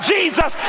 Jesus